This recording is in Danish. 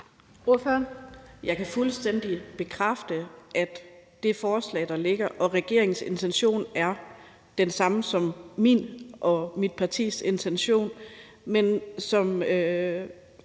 Jeg kan fuldstændig bekræfte, at i det forslag, der ligger, er regeringens intention den samme som min og mit partis intention. Men som